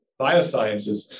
biosciences